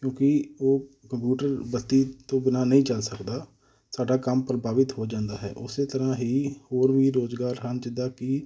ਕਿਉਂਕਿ ਉਹ ਕੰਪਿਊਟਰ ਬੱਤੀ ਤੋਂ ਬਿਨਾਂ ਨਹੀਂ ਚੱਲ ਸਕਦਾ ਸਾਡਾ ਕੰਮ ਪ੍ਰਭਾਵਿਤ ਹੋ ਜਾਂਦਾ ਹੈ ਉਸੇ ਤਰ੍ਹਾਂ ਹੀ ਹੋਰ ਵੀ ਰੁਜ਼ਗਾਰ ਹਨ ਜਿੱਦਾਂ ਕਿ